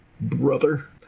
brother